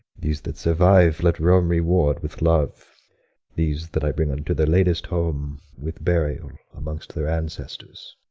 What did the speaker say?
these that survive let rome reward with love these that i bring unto their latest home, with burial amongst their ancestors.